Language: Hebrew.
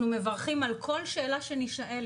אנחנו מברכים על כל שאלה שנישאל.